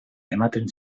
ematen